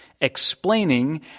explaining